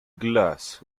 glass